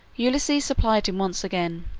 ulysses supplied him once again,